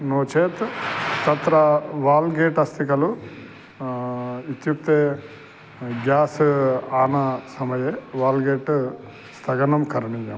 नो चेत् तत्र वाल्गेट् अस्ति खलु इत्युक्ते ग्यास् आनय समये वाल्गेट् करणीयम्